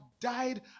died